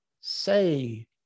say